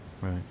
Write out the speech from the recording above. right